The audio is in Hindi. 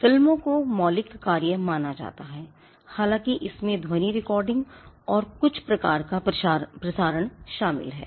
फ़िल्मों को मौलिक कार्य माना जाता है हालांकि इसमें ध्वनि रिकॉर्डिंग और कुछ प्रकार का प्रसारण शामिल है